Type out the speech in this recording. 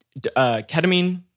ketamine-